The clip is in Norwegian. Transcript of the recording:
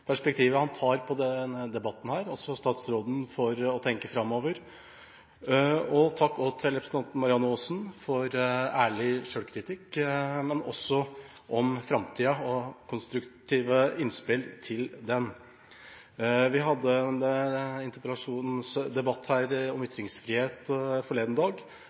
perspektivet han har i denne debatten, og også statsråden for å tenke framover. Takk også til representanten Marianne Aasen for ærlig selvkritikk, men også for konstruktive innspill om framtida. Vi hadde en interpellasjonsdebatt her om ytringsfrihet forleden dag,